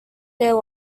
their